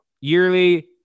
yearly